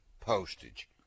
postage